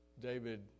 David